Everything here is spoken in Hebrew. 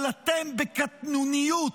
אבל אתם, בקטנוניות,